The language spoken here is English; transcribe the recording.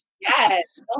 Yes